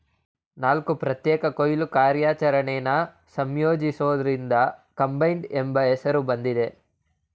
ನಾಲ್ಕು ಪ್ರತ್ಯೇಕ ಕೊಯ್ಲು ಕಾರ್ಯಾಚರಣೆನ ಸಂಯೋಜಿಸೋದ್ರಿಂದ ಕಂಬೈನ್ಡ್ ಎಂಬ ಹೆಸ್ರು ಬಂದಿದೆ